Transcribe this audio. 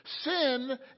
Sin